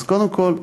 אז קודם כול,